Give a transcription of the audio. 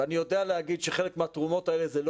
אני יודע להגיד שחלק מהתרומות האלה זה לא